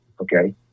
okay